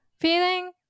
feeling